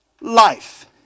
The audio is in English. life